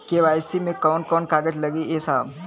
KYC मे कवन कवन कागज लगी ए साहब?